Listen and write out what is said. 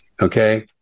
okay